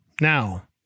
Now